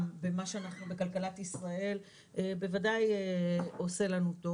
בכלכלת ישראל בוודאי עושה לנו טוב.